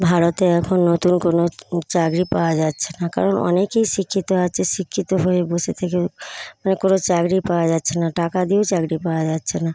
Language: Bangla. ভারতে এখন নতুন কোনো চাকরি পাওয়া যাচ্ছেনা কারণ অনেকই শিক্ষিত আছে শিক্ষিত হয়ে বসে থেকে কোনো চাকরি পাওয়া যাচ্ছেনা টাকা দিয়েও চাকরি পাওয়া যাচ্ছেনা